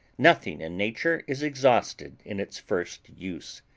nothing in nature is exhausted in its first use.